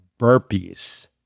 burpees